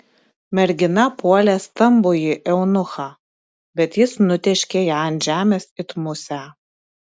mergina puolė stambųjį eunuchą bet jis nutėškė ją ant žemės it musę